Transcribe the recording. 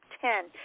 ten